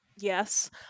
yes